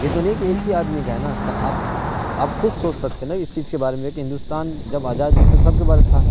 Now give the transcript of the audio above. یہ تو نہیں کہ ایک ہی آدمی کا ہے نا آپ آپ کھود سوچ سکتے ہیں نا اس چیز کے بارے میں کہ ہندوستان جب آزاد ہوئی تو سب کے بارے میں تھا